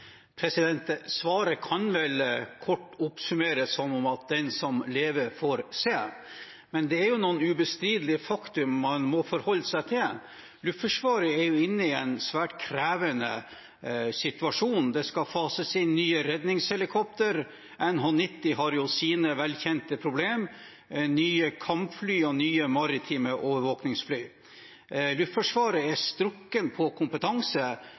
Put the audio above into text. Svaret kan vel kort oppsummeres som at den som lever, får se. Men det er jo noen ubestridelige fakta man må forholde seg til: Luftforsvaret er inne i en svært krevende situasjon; det skal fases inn nye redningshelikoptre, NH90 har jo sine velkjente problemer, nye kampfly og nye maritime overvåkningsfly. Luftforsvaret er strukket på kompetanse